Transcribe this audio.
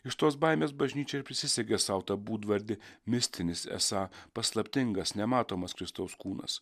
iš tos baimės bažnyčia ir prisisegė sau tą būdvardį mistinis esą paslaptingas nematomas kristaus kūnas